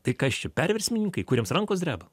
tai kas čia perversmininkai kuriems rankos dreba